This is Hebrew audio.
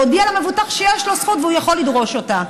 להודיע למבוטח שיש לו זכות והוא יכול לדרוש אותה.